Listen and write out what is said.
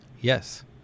yes